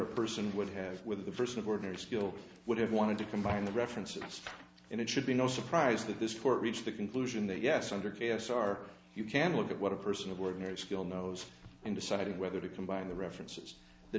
a person would have with a person of ordinary skill would have wanted to combine the references and it should be no surprise that this court reached the conclusion that yes under k s r you can look at what a person of ordinary skill knows in deciding whether to combine the references the